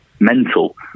Mental